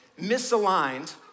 misaligned